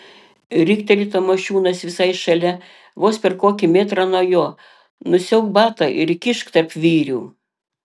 rikteli tamošiūnas visai šalia vos per kokį metrą nuo jo nusiauk batą ir įkišk tarp vyrių